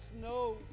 snow